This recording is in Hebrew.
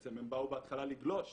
שבעצם הם באו בהתחלה לגלוש